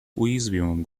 уязвимым